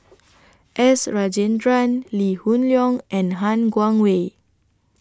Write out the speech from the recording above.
S Rajendran Lee Hoon Leong and Han Guangwei